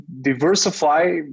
diversify